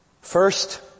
First